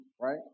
right